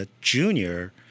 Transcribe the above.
junior